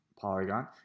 Polygon